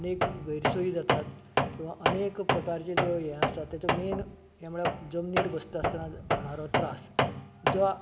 अनेक गैरसोयी जातात किंवा अनेक प्रकारच्यो ज्यो हे आसात ताचो मेन हे म्हणप जमनीर बसता आसतना होणारो त्रास जो